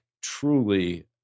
truly